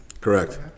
correct